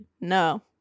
No